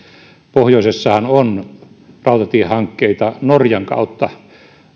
pohjoisessahan on rautatiehankkeita norjan kautta